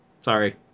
Sorry